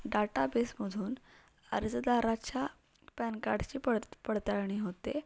डाटाबेसमधून अर्जदाराच्या पॅन कार्डची पडत पडताळणी होते